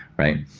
right?